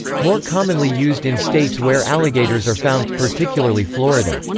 more commonly used in states where alligators are found, particularly florida.